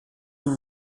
vous